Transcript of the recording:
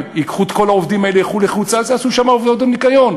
הם ייקחו את כל העובדים האלה וילכו לחוץ-לארץ ויעשו שם עבודות ניקיון?